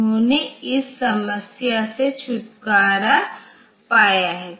उन्होंने इस समस्या से छुटकारा पाया है